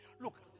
Look